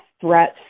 threats